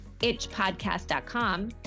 itchpodcast.com